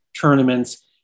tournaments